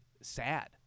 sad